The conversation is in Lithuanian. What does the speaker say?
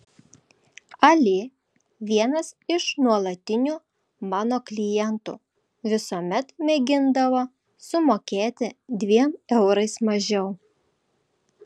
ali vienas iš nuolatinių mano klientų visuomet mėgindavo sumokėti dviem eurais mažiau